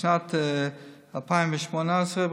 לשנת 2018,